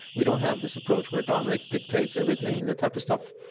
we don't have this approach where dominic dictates everything, and that type of stuff.